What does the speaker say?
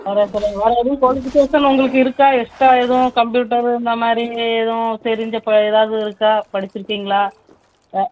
வேறு சொல்லுங்கள் வேறு எதுவும் குவாலிஃபிகேஷன் உங்களுக்கு இருக்கா எக்ஸ்ட்டா எதுவும் கம்ப்யூட்டர் இந்தமாதிரி எதுவும் தெரிஞ்ச இப்போ எதாவது இருக்கா படிச்சுருக்கீங்களா அ